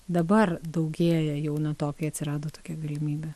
dabar daugėja jau nuo to kai atsirado tokia galimybė